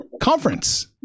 Conference